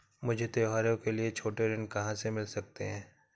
मुझे त्योहारों के लिए छोटे ऋण कहाँ से मिल सकते हैं?